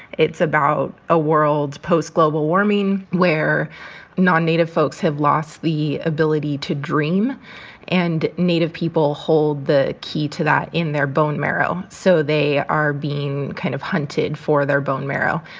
it's about a world, post-global warming, where nonnative folks have lost the ability to dream and native people hold the key to that in their bone marrow. so they are being kind of hunted for their bone marrow.